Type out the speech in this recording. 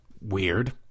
Weird